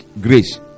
grace